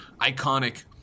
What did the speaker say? iconic